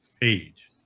page